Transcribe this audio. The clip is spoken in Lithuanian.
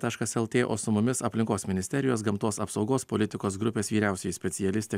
taškas el tė o su mumis aplinkos ministerijos gamtos apsaugos politikos grupės vyriausioji specialistė